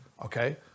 okay